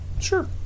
Sure